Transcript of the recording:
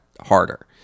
harder